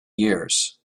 years